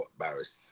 embarrassed